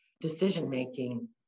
decision-making